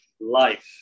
Life